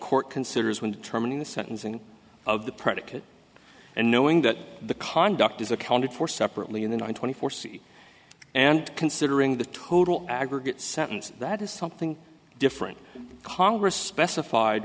court considers when determining the sentencing of the predicate and knowing that the conduct is accounted for separately in the nine twenty four seat and considering the total aggregate sentence that is something different congress specified